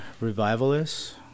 Revivalist